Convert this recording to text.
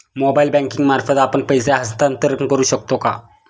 Mobile banking मार्फत आपण पैसे हस्तांतरण करू शकतो का?